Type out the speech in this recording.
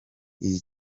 iyi